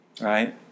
right